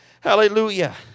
Hallelujah